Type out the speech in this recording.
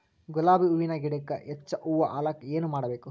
ಗುಲಾಬಿ ಹೂವಿನ ಗಿಡಕ್ಕ ಹೆಚ್ಚ ಹೂವಾ ಆಲಕ ಏನ ಮಾಡಬೇಕು?